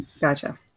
Gotcha